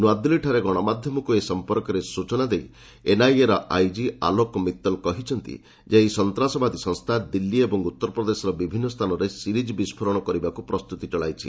ନ୍ତଆଦିଲ୍ଲୀଠାରେ ଗଣମାଧ୍ୟମକୁ ଏ ସମ୍ପର୍କରେ ସ୍ବଚନା ଦେଇ ଏନ୍ଆଇଏ ର ଆଇଜି ଆଲୋକ ମିତଲ କହିଛନ୍ତି ହରକତ ଉଲ୍ ହର୍ବ ଇ ଇସଲାମ୍ ନାମରେ ଏହି ସନ୍ତାସବାଦୀ ସଂସ୍ଥା ଦିଲ୍ଲୀ ଓ ଉତ୍ତରପ୍ରଦେଶର ବିଭିନ୍ନ ସ୍ଥାନରେ ସିରିଜ୍ ବିସ୍ଫୋରଣ କରିବାକୁ ପ୍ରସ୍ତୁତି ଚଳାଇଛି